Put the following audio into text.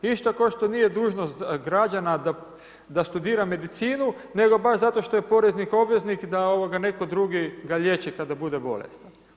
Isto kao što nije dužnost građana da studira medicinu, nego baš zato što je porezni obveznik da netko drugi ga liječi kada bude bolestan.